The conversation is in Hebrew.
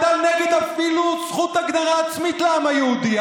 אתה אפילו נגד זכות הגדרה עצמית לעם היהודי.